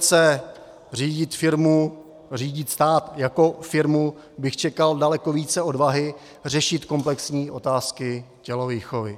Po rétorice řídit stát jako firmu bych čekal daleko více odvahy řešit komplexní otázky tělovýchovy.